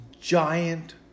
giant